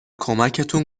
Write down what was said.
کمکتون